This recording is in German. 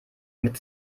mit